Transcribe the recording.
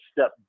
step